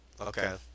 Okay